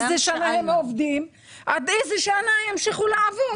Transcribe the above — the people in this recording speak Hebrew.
איזה שנה הם עובדים עד איזה שנה ימשיכו לעבוד?